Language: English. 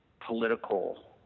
political